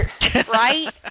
right